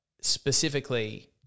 specifically –